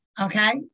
Okay